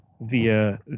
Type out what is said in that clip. via